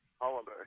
holiday